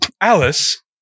Alice